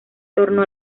torno